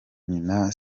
nyina